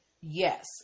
yes